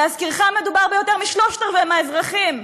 להזכירך, מדובר ביותר משלושה-רבעים מהאזרחים.